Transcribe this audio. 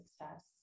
success